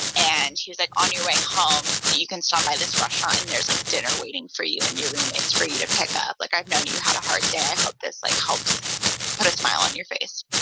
and he was like, on your way home, you can stop by this restaurant, and there's, like, dinner waiting for you and your roommates for you to pick up. like, i know you had a hard day. i hope this, like, helps put a smile on your face.